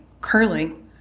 curling